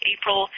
April